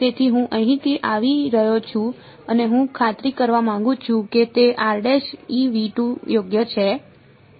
તેથી હું અહીંથી આવી રહ્યો છું અને હું ખાતરી કરવા માંગુ છું કે તે યોગ્ય છે